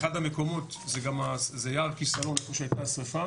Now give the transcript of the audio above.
אחד המקומות זה גם יער כסלון איפה שהייתה השריפה